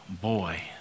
boy